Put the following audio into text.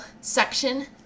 section